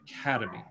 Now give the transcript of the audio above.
academy